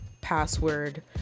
password